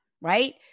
right